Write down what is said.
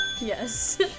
Yes